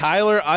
Tyler